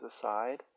aside